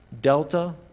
Delta